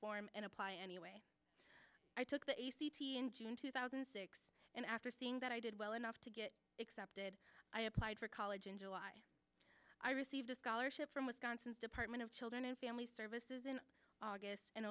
form and apply anyway i took the a c t in june two thousand and six and after seeing that i did well enough to get excepted i applied for college in july i received a scholarship from wisconsin's department of children and family services in august and